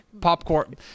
popcorn